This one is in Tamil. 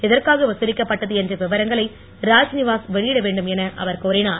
எதற்காக வதலிக்கப்பட்டது என்ற விவரங்களை ராத்நிவாஸ் வெளியிட வேண்டும் என அவர் கோரினார்